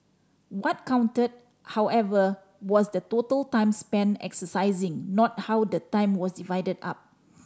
what counted however was the total time spent exercising not how the time was divided up